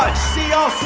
ah see y'all